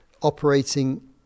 operating